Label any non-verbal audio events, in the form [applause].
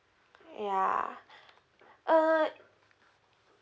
ya [breath] uh